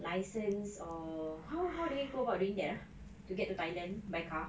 license or how how do we go about doing that ah to get to thailand by car